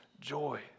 joy